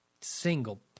single